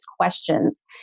questions